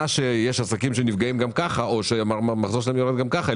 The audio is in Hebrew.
שיש עסקים שנפגעים גם כך או שמחזור העסקים שלהם יורד גם כך,